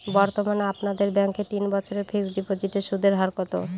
বর্তমানে আপনাদের ব্যাঙ্কে তিন বছরের ফিক্সট ডিপোজিটের সুদের হার কত?